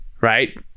right